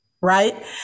right